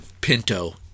Pinto